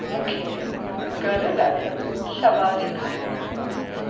मूंखे घर लाइ सवारी खपे